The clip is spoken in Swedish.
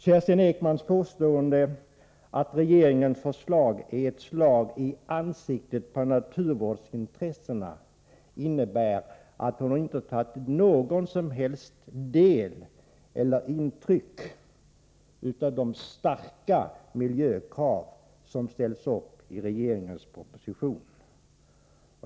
Kerstin Ekmans påstående att regeringens förslag är ett slag i ansiktet på naturvårdsintressena innebär att hon inte har tagit någon som helst del av eller intryck av de starka miljökrav som ställs upp i regeringens proposition.